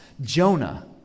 Jonah